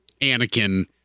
anakin